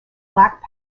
black